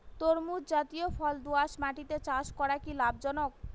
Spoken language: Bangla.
তরমুজ জাতিয় ফল দোঁয়াশ মাটিতে চাষ করা কি লাভজনক?